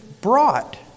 brought